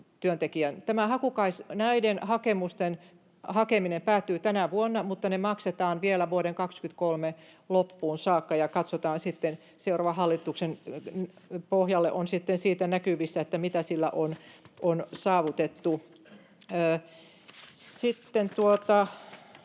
Näiden hakeminen päättyy tänä vuonna, mutta ne maksetaan vielä vuoden 23 loppuun saakka. Seuraavan hallituksen pohjalle on sitten siitä näkyvissä, mitä sillä on saavutettu. Sitten,